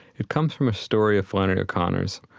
it comes from a story of flannery o'connor's.